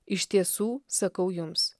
iš tiesų sakau jums